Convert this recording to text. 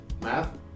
math